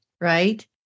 right